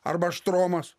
arba štromas